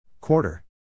Quarter